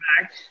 back